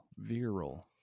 Viral